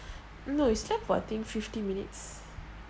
no it's twelve fourteen fifty minutes